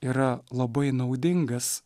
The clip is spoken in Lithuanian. yra labai naudingas